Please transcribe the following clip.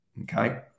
Okay